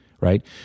right